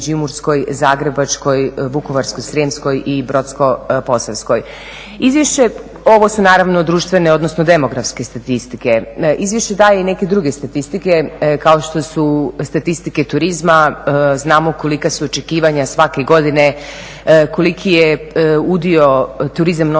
Zagrebačkoj, Vukovarsko-srijemskoj i Brodsko-posavskoj. Ovo su naravno društvene odnosno demografske statistike. Izvješće daje i neke druge statistike kao što su statistike turizma. Znamo kolika su očekivanja svake godine, koliki udio turizam